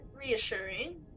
reassuring